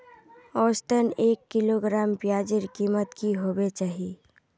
औसतन एक किलोग्राम प्याजेर कीमत की होबे चही?